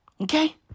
Okay